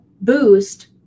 boost